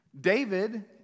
David